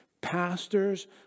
pastors